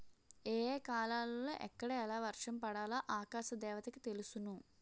ఏ ఏ కాలాలలో ఎక్కడ ఎలా వర్షం పడాలో ఆకాశ దేవతకి తెలుసును